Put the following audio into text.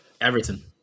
Everton